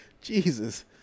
jesus